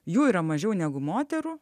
jų yra mažiau negu moterų